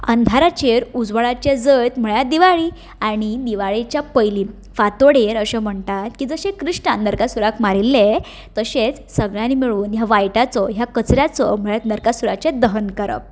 अंधाराचेर उजवाडाचें जैत म्हळ्यार दिवाळी आनी दिवाळेच्या पयलीं फातोडेर अशें म्हणटात की जशें कृष्णान नरकासूराक मारिल्लें तशेंच सगळ्यांनी मेळून ह्या वायटाचो ह्या कचऱ्याचो म्हळ्यार नरकासूराचें दहन करप